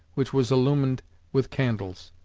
which was illumined with candles.